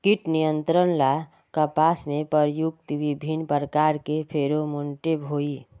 कीट नियंत्रण ला कपास में प्रयुक्त विभिन्न प्रकार के फेरोमोनटैप होई?